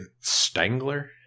Stangler